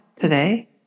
today